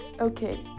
okay